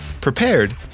prepared